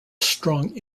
strong